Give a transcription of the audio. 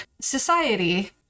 society